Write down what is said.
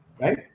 right